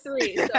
three